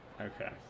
Okay